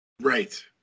Right